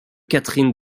catherine